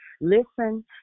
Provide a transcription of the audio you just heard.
Listen